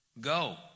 Go